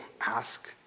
ask